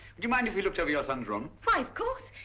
would you mind if we looked over your son's room? why of course,